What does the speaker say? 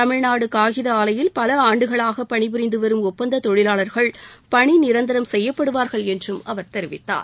தமிழ்நாடு காகித ஆலையில் பல ஆண்டுகளாக பணிபுரிந்து வரும் ஒப்பந்தத் தொழிலாளர்கள் பணிநிரந்தரம் செய்யப்படுவார்கள் என்றும் அவர் தெரிவித்தார்